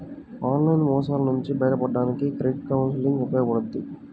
online మోసాల నుంచి బయటపడడానికి క్రెడిట్ కౌన్సిలింగ్ ఉపయోగపడుద్ది